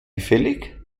gefällig